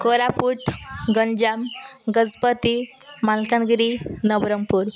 Koraput Ganjam Gajapati Malkangiri Nabarangpur